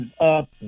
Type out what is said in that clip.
up